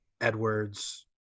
Edwards